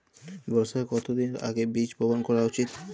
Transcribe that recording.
বর্ষার কতদিন আগে বীজ বপন করা উচিৎ?